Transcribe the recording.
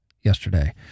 yesterday